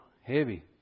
heavy